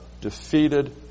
defeated